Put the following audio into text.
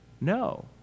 No